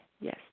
Yes